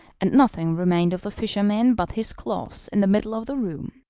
and nothing remained of the fisherman but his clothes in the middle of the room.